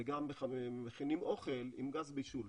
וגם מכינים אוכל עם גז בישול.